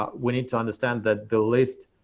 ah we need to understand that the list